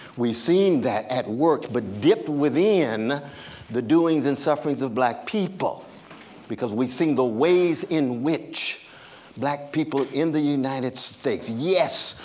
we've seen that at work, but dipped within the doings and sufferings of black people because we've seen the ways in which black people in the united states, yes,